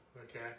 Okay